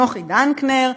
נוחי דנקנר.